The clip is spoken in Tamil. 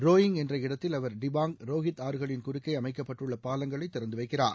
ரோயிங் என்ற இடத்தில் அவர் டிபாங் ரோகித் ஆறுகளின் குறுக்கே அமைக்கப்பட்டுள்ள பாலங்களை திறந்து வைக்கிறார்